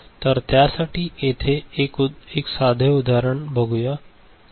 तर त्यासाठी येथे एक साधे उदाहरण बघूया